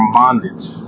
bondage